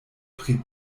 pri